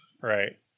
Right